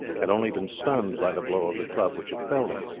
had only been stunned by the blow of the club which had felled him.